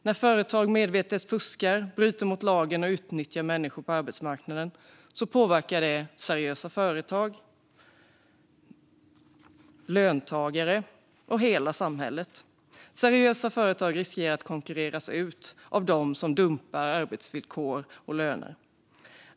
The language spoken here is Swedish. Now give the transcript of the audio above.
När företag medvetet fuskar, bryter mot lagen och utnyttjar människor på arbetsmarknaden påverkar det seriösa företag, löntagare och hela samhället. Seriösa företag riskerar att konkurreras ut av dem som dumpar arbetsvillkor och löner.